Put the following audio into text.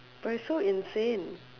but it's so insane